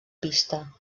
pista